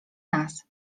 nas